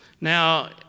Now